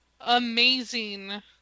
amazing